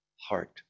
heart